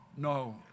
No